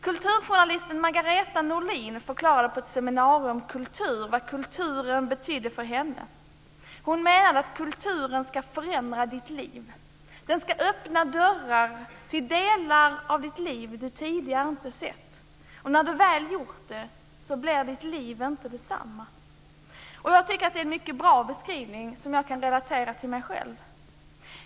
Kulturjournalisten Margareta Norlin förklarade på ett seminarium om kultur vad kulturen betydde för henne. Hon menade att kulturen ska förändra ditt liv. Den ska öppna dörrar till delar av ditt liv du tidigare inte sett, och när den väl gjort det blir ditt liv inte detsamma. Jag tycker att det är en mycket bra beskrivning, som jag kan relatera till mig själv.